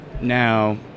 now